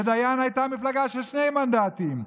לדיין הייתה מפלגה של שני מנדטים,